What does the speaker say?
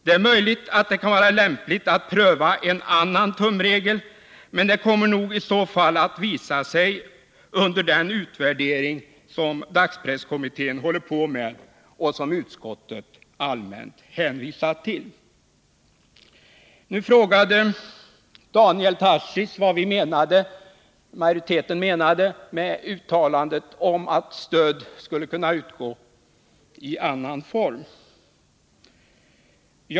Det är också möjligt att det kan vara lämpligt att pröva en annan tumregel, men det kommer nog i så fall att visa sig under den utvärdering som dagspresskommittén håller på att göra och som utskottet helt allmänt hänvisar till. Nu frågade Daniel Tarschys vad majoriteten menar med uttalandet om att stöd skulle kunna utgå i annan form.